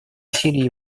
усилий